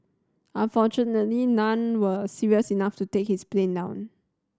unfortunately none were serious enough to take his plane down